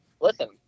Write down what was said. listen